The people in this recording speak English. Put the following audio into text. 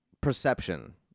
perception